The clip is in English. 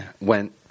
went